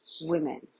women